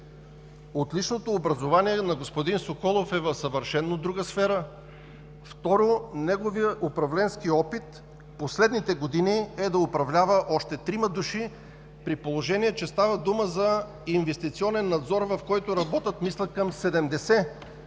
Отличното образование на господин Соколов е в съвършено друга сфера. Второ, неговият управленски опит в последните години е да управлява още трима души, при положение че става дума за инвестиционен надзор, в който работят, мисля към 70